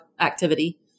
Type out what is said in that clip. activity